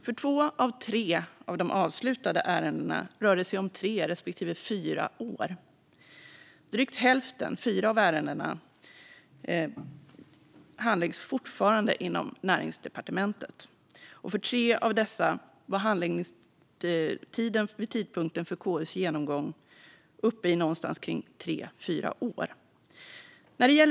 För två av de tre avslutade ärendena rör det sig om tre respektive fyra år. Drygt hälften, fyra av ärendena, handläggs fortfarande inom Näringsdepartementet, och för tre av dessa var handläggningstiden vid tidpunkten för KU:s genomgång uppe i tre till fyra år.